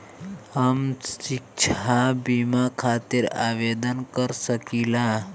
हम शिक्षा बीमा खातिर आवेदन कर सकिला?